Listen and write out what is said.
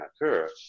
occur